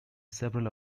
several